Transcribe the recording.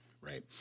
right